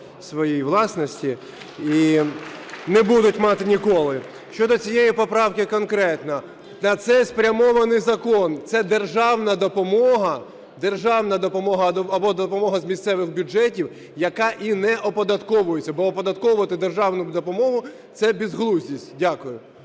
своїй власності і не будуть мати ніколи. Щодо цієї поправки конкретно. На це спрямований закон, це державна допомога, державна допомога або допомога з місцевих бюджетів, яка і не оподатковується, бо оподатковувати державну допомогу – це безглуздя. Дякую.